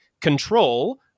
control